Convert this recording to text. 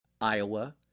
Iowa